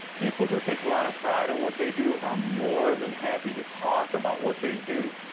people who take a lot of pride in what they do are more than happy to talk about what they do,